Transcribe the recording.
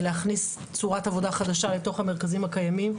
להכניס צורת עבודה חדשה לתוך המרכזים הקיימים,